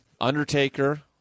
undertaker